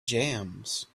jams